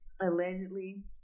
Allegedly